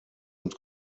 und